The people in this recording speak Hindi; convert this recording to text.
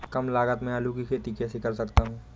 कम लागत में आलू की खेती कैसे कर सकता हूँ?